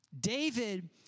David